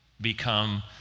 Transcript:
become